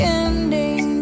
ending